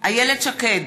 איילת שקד,